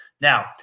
Now